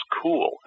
cool